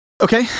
Okay